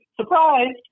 Surprise